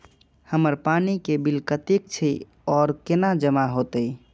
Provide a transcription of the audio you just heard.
हमर पानी के बिल कतेक छे और केना जमा होते?